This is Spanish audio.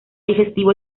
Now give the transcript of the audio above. digestivo